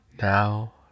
Now